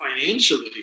Financially